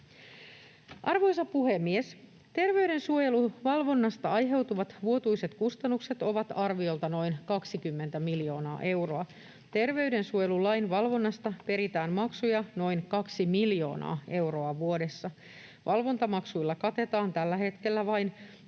Arvoisa puhemies! Terveydensuojeluvalvonnasta aiheutuvat vuotuiset kustannukset ovat arviolta noin 20 miljoonaa euroa. Terveydensuojelulain valvonnasta peritään maksuja noin 2 miljoonaa euroa vuodessa. Valvontamaksuilla katetaan tällä hetkellä vain